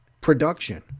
production